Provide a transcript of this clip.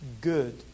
good